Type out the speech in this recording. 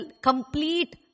complete